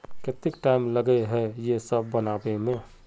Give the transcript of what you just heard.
केते टाइम लगे है ये सब बनावे में?